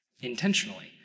intentionally